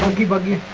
debugger